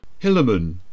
Hillerman